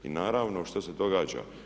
I naravno što se događa?